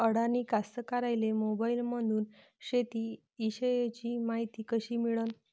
अडानी कास्तकाराइले मोबाईलमंदून शेती इषयीची मायती कशी मिळन?